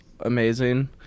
amazing